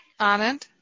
Anand